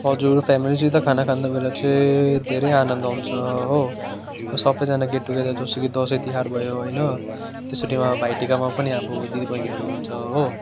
हजुर फ्यामिलीसित खाना खाँदा बेला चाहिँ धेरै आनन्द हुन्छ हो सबैजना गेट टुगेदर जसो कि दसैँ तिहार भयो होइन त्यसरी अब भाइटिकामा पनि अब दिदीबहिनीहरू हुन्छ हो